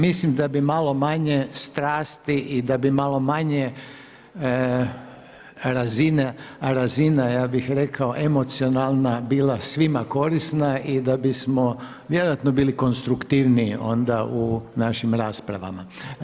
Mislim da bi malo manje strasti i da bi malo manje razine ja bih rekao emocionalna bila svima korisna i da bismo vjerojatno bili konstruktivniji onda u našim raspravama.